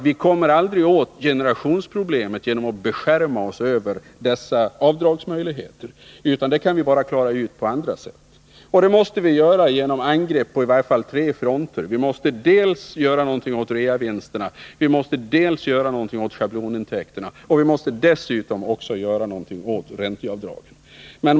Vi kommer aldrig åt generationsproblemet genom att beskärma oss över dessa avdragsmöjligheter, utan det problemet kan klaras ut bara på andra sätt, och det måste vi göra genom angrepp på i varje fall tre fronter. Vi måste dels göra någonting åt reavinsterna, dels göra någonting åt schablonintäkterna, dels också göra någonting åt ränteavdragen.